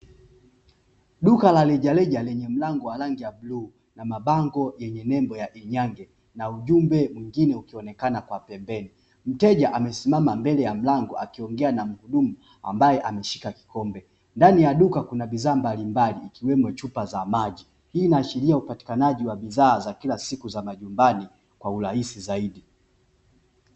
Duka la rejareja lenye mlango wa rangi ya bluu na mabango ili nembo ya "INYANGE" na ujumbe mwingine ukionekana kwa pembeni. Mteja amesimama mbele ya mlango akiongea na mhudumu ambaye ameshika kikombe. Ndani ya duka kuna bidhaa mbalimbali ikiwemo chupa za maji, hii inaashiria upatikanaji wa bidhaa za kila siku za majumbani kwa urahisi zaidi.